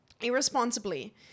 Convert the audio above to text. irresponsibly